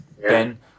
Ben